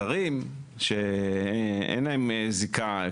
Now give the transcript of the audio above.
זרים שאין להם זיקה,